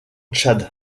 tchad